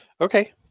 Okay